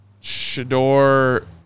Shador